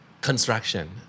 Construction